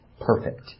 perfect